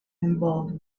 involved